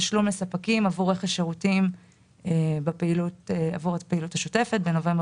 תשלום לספקים עבור רכש שירותים עבור הפעילות השוטפת בנובמבר